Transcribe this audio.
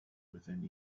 within